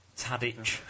Tadic